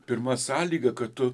pirma sąlyga kad tu